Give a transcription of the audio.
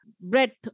breadth